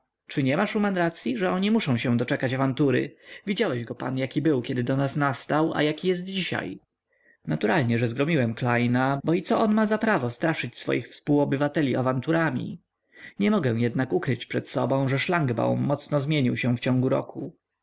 czy nie ma szuman racyi że oni muszą się doczekać awantury widziałeś go pan jaki był kiedy do nas nastał a jaki jest dzisiaj naturalnie że zgromiłem klejna bo i co on ma za prawo straszyć swoich współobywateli awanturami nie mogę jednak ukryć przed sobą że szlangbaum mocno zmienił się w ciągu roku